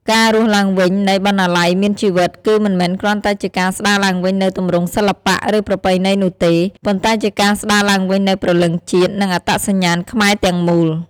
ការរស់ឡើងវិញនៃ "បណ្ណាល័យមានជីវិត" គឺមិនមែនគ្រាន់តែជាការស្តារឡើងវិញនូវទម្រង់សិល្បៈ ឬប្រពៃណីនោះទេ ប៉ុន្តែជាការស្តារឡើងវិញនូវព្រលឹងជាតិ និងអត្តសញ្ញាណខ្មែរទាំងមូល។